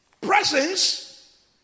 presence